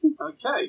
Okay